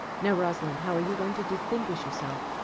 now, rosalind, how are you going to distinguish yourself?